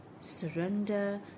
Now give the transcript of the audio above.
surrender